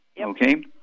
Okay